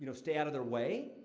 so stay out of their way?